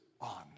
on